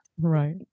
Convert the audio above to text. Right